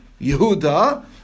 Yehuda